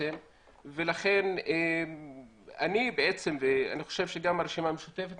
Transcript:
ולכן אני ואני חושב שגם הרשימה המשותפת,